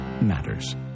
Matters